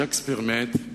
שייקספיר מת,